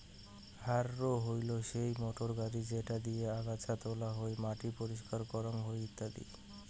harrow হইলো সেই motor গাড়ি যেটা দিয়ে আগাছা তোলা হই, মাটি পরিষ্কার করাং হই ইত্যাদি